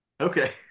okay